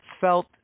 felt